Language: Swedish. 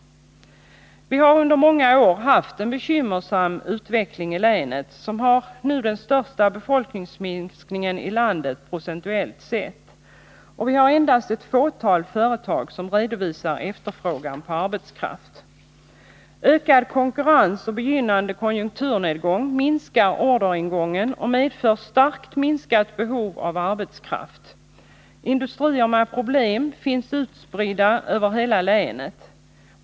Vi har under många år haft en bekymmersam utveckling i länet som nu har den största befolkningsminskningen i landet, procentuellt sett. Endast ett fåtal företag redovisar efterfrågan på arbetskraft. Ökad konkurrens och begynnande konjunkturnedgång minskar orderingången och medför starkt minskat behov av arbetskraft. Industrier med problem finns utspridda över hela länet.